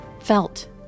Felt